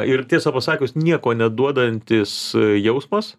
ir tiesą pasakius nieko neduodantis jausmas